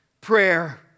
prayer